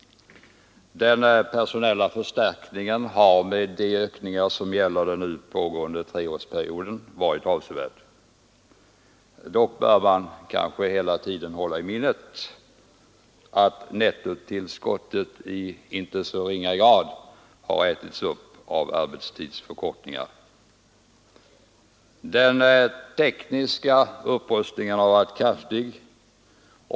Den personella förstärkningen har med de ökningar som gäller den nu pågående treårsperioden varit avsevärd. Dock bör man kanske hela tiden hålla i minnet att nettotillskottet i inte så ringa grad har ätits upp av arbetstidsförkortningar. Den tekniska upprustningen har varit kraftig.